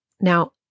Now